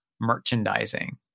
merchandising